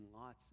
lots